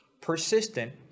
persistent